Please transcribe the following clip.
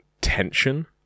tension